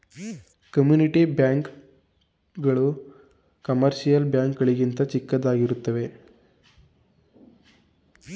community bank ಗಳು commercial bank ಗಳಿಗಿಂತ ಚಿಕ್ಕದಾಗಿರುತ್ತವೆ